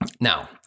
Now